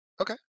Okay